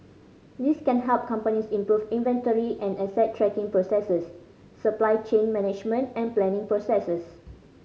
these can help companies improve inventory and asset tracking processes supply chain management and planning processes